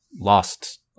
lost